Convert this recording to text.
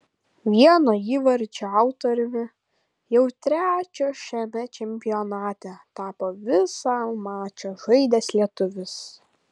vieno įvarčio autoriumi jau trečio šiame čempionate tapo visą mačą žaidęs lietuvis